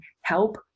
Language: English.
help